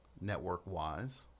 network-wise